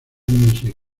music